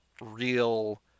real